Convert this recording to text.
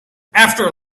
after